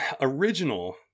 original